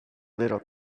little